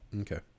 Okay